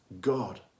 God